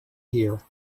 here